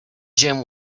gem